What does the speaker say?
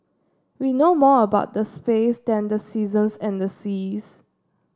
we know more about the space than the seasons and the seas